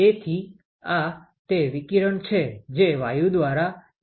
તેથી આ તે વિકિરણ છે જે વાયુ દ્વારા dxમાં શોષાય છે